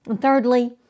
Thirdly